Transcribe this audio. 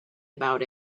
about